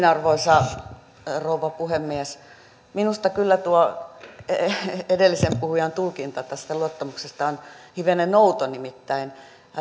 arvoisa rouva puhemies minusta kyllä tuo edellisen puhujan tulkinta tästä luottamuksesta on hivenen outo nimittäin